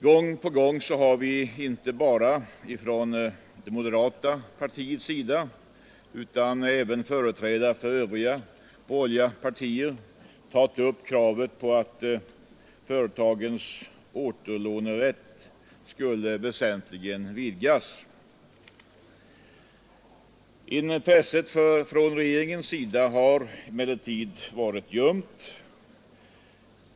Gång på gång har inte bara vi från moderata samlingspartiet utan även företrädare för övriga borgerliga partier tagit upp kravet på att företagens återlånerätt skulle entligt vidgas. Intresset från regeringen har emellertid varit ljumt.